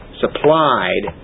supplied